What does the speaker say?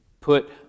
put